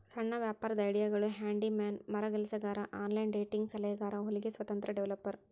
ಸಣ್ಣ ವ್ಯಾಪಾರದ್ ಐಡಿಯಾಗಳು ಹ್ಯಾಂಡಿ ಮ್ಯಾನ್ ಮರಗೆಲಸಗಾರ ಆನ್ಲೈನ್ ಡೇಟಿಂಗ್ ಸಲಹೆಗಾರ ಹೊಲಿಗೆ ಸ್ವತಂತ್ರ ಡೆವೆಲಪರ್